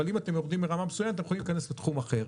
אבל אם אתם יורדים מרמה מסוימת אתם יכולים להיכנס לתחום אחר.